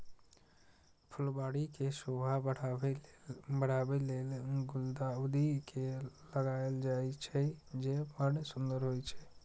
फुलबाड़ी के शोभा बढ़ाबै लेल गुलदाउदी के लगायल जाइ छै, जे बड़ सुंदर होइ छै